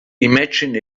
imagine